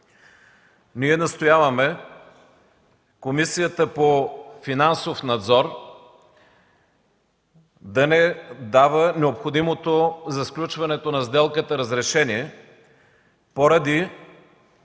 Ние настояваме Комисията по финансов надзор да не дава необходимото за сключването на сделката разрешение поради